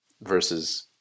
versus